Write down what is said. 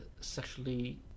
sexually